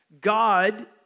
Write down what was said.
God